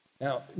Now